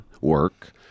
work